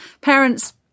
parents